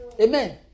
Amen